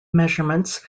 measurements